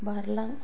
बारलां